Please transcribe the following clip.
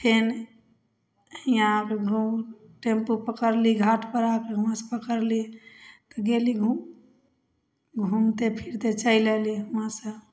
फेर यहाँपर टेम्पू पकड़लहुँ घाटपर आबिके बस पकड़लहुँ तऽ गेलहुँ घुमिते फिरिते चलि अएलहुँ वहाँसँ